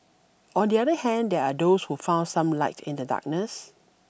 on the other hand there are those who found some light in the darkness